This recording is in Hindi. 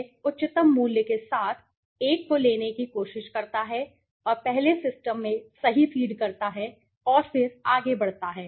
यह उच्चतम मूल्य के साथ एक को लेने की कोशिश करता है और पहले सिस्टम में सही फीड करता है और फिर आगे बढ़ता है